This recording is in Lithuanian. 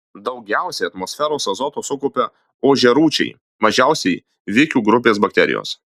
daugiausiai atmosferos azoto sukaupia ožiarūčiai mažiausiai vikių grupės bakterijos